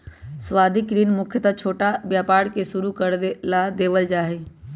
सावधि ऋण मुख्यत छोटा व्यापार के शुरू करे ला देवल जा हई